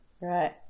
Right